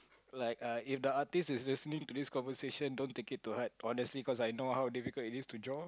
like uh if the artist is listening to this conversation don't take it to heart honestly cause I know how difficult it is to draw